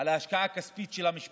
של ההשקעה הכספית של משפחה,